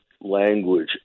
language